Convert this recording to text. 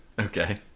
Okay